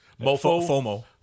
FOMO